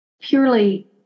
purely